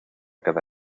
cada